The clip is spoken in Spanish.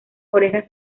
orejas